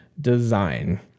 design